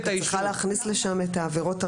את צריכה להכניס לשם את העבירות הרלוונטיות.